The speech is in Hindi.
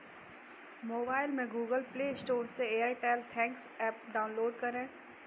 मोबाइल में गूगल प्ले स्टोर से एयरटेल थैंक्स एप डाउनलोड करें